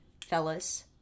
fellas